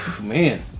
man